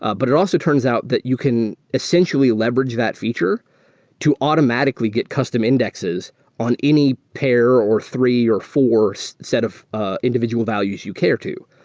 ah but it also turns out that you can essentially leverage that feature to automatically get custom indexes on any pair or three or four so set of ah individual values you care to.